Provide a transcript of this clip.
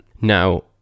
Now